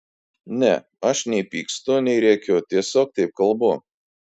ne aš nei pykstu nei rėkiu tiesiog taip kalbu